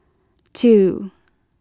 two